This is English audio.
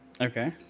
Okay